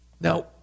Now